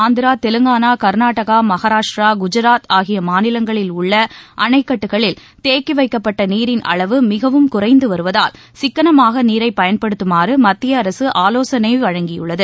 ஆந்திரா தெலுங்கானா கா்நாடகா மகாராஷ்டிரா குஜராத் ஆகிய மாநிலங்களில் உள்ள அணைக்கட்டுகளில் தேக்கி வைக்கப்பட்ட நீரின் அளவு மிகவும் குறைந்து வருவதால் சிக்கனமாக நீரை பயன்படுத்துமாறு மத்திய அரசு ஆலோசனை கூறியுள்ளது